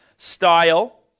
Style